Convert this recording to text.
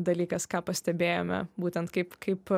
dalykas ką pastebėjome būtent kaip kaip